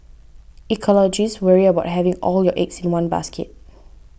ecologists worry about having all your eggs in one basket